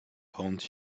haunt